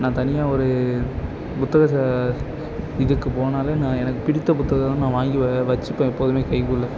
நான் தனியாக ஒரு புத்தகத்தை இதுக்கு போனாலே நான் எனக்கு பிடித்த புத்தகம் நான் வாங்கி வ வச்சுப்பேன் எப்போதுமே பைக்குள்ள